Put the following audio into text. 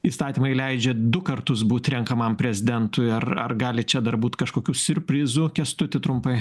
įstatymai leidžia du kartus būt renkamam prezidentui ar ar gali čia dar būt kažkokių siurprizų kęstuti trumpai